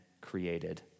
created